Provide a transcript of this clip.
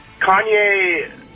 Kanye